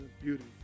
beauty